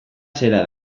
zera